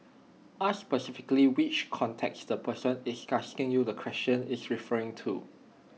ask specifically which context the person is asking you the question is referring to